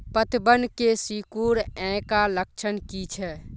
पतबन के सिकुड़ ऐ का लक्षण कीछै?